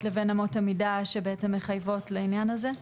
לבין אמות המידה שבעצם מחייבות לעניין הזה?